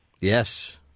Yes